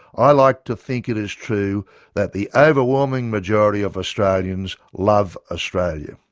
i like to think it is true that the overwhelming majority of australians love australia.